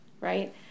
right